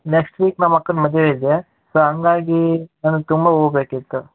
next week ನಮ್ಮ ಅಕ್ಕನ ಮದುವೆ ಇದೆ ಸೊ ಹಂಗಾಗಿ ನನಗೆ ತುಂಬ ಹೂ ಬೇಕಿತ್ತು